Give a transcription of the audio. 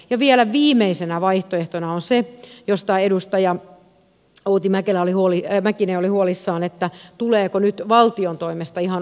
ja vielä viimeisenä vaihtoehtona on se josta edustaja outi mäkinen oli huolissaan että tuleeko nyt valtion toimesta ihan oma